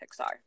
Pixar